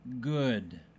Good